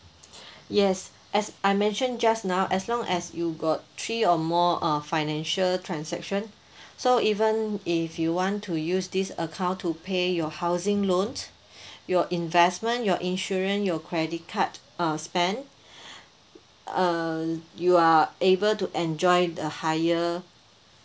yes as I mentioned just now as long as you got three or more uh financial transaction so even if you want to use this account to pay your housing loans your investment your insurance your credit card uh spend uh you are able to enjoy a higher